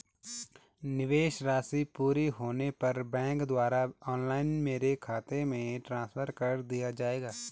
निवेश राशि पूरी होने पर बैंक द्वारा ऑनलाइन मेरे खाते में ट्रांसफर कर दिया जाएगा?